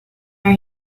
are